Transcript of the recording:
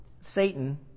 Satan